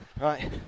Right